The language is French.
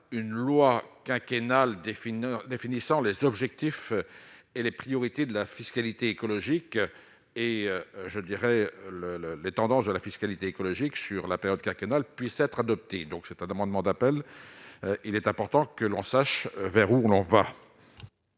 une loi quinquennale des finances définissant les objectifs et les priorités de la fiscalité écologique et je dirais le le les tendances de la fiscalité écologique sur la période quinquennale puisse être adopté, donc c'est un amendement d'appel, il est important que l'on sache vers où on va.